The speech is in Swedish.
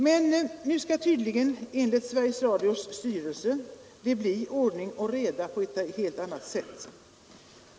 Men nu skall det tydligen — enligt Sveriges Radios styrelse — bli ordning och reda på ett helt annat sätt.